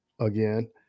again